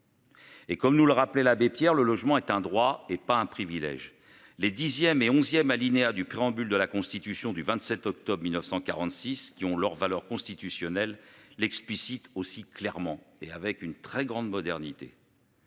Et comme nous le rappelait l'abbé Pierre. Le logement est un droit et pas un privilège. Les dixième et 11ème alinéa du préambule de la Constitution du 27 octobre 1946 qui ont leur valeur constitutionnelle l'explicite aussi clairement et avec une très grande modernité.